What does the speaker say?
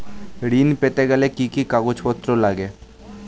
ঋণ পেতে গেলে কি কি কাগজপত্র লাগে?